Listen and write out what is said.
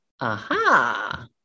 Aha